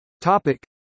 topic